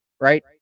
Right